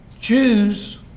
choose